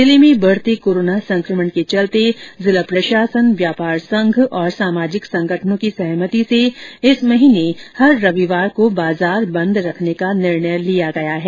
जिले में बढ़ते कोरोना संकमण के चलते जिला प्रशासन व्यापार संघ और सामाजिक संगठनों की सहमति से इस महीने हर रविवार को बाजार बंद रखने का निर्णय लिया गया है